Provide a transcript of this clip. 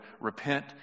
repent